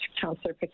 Councillor